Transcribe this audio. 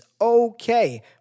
okay